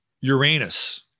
Uranus